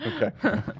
Okay